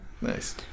Nice